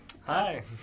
Hi